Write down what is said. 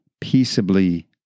peaceably